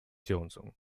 johnson